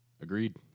Agreed